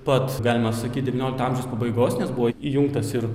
pat galima sakyti devyniolikto amžiaus pabaigos nes buvo įjungtas ir